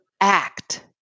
act